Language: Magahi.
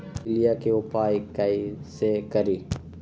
पीलिया के उपाय कई से करी?